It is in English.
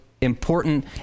important